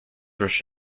rush